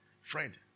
friend